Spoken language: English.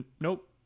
Nope